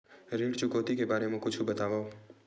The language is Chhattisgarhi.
ऋण चुकौती के बारे मा कुछु बतावव?